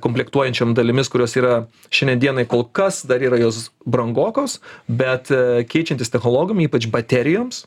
komplektuojančiom dalimis kurios yra šiandien dienai kol kas dar yra jos brangokos bet keičiantis technologam ypač baterijoms